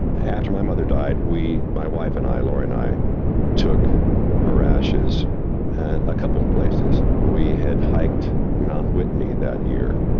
after my mother died, we my wife and i, laura and i took her ashes a couple of places. we had hiked mount whitney that year.